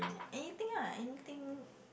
anything lah anything